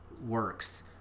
works